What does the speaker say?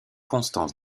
constance